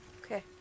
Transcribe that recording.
Okay